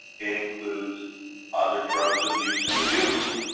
it includes other drugs of use and abuse.